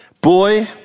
Boy